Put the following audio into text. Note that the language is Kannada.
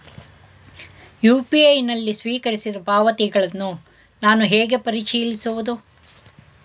ಯು.ಪಿ.ಐ ನಲ್ಲಿ ಸ್ವೀಕರಿಸಿದ ಪಾವತಿಗಳನ್ನು ನಾನು ಹೇಗೆ ಪರಿಶೀಲಿಸುವುದು?